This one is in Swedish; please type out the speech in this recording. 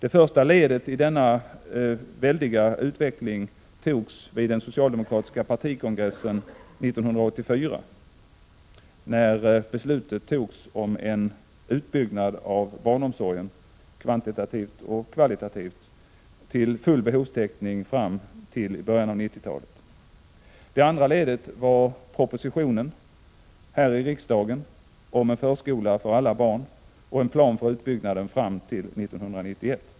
Det första steget i denna väldiga utveckling togs vid den socialdemokratiska partikongressen 1984, när beslut fattades om en utbyggnad av barnomsorgen, kvantitativt och kvalitativt, till full behovstäckning i början av 90-talet. Det andra ledet var propositionen här i riksdagen om en förskola för alla barn och en plan för utbyggnaden fram till 1991.